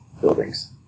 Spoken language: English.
buildings